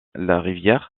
larivière